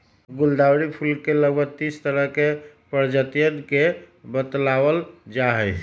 गुलदावरी फूल के लगभग तीस तरह के प्रजातियन के बतलावल जाहई